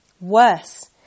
Worse